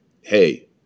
hey